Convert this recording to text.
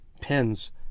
pens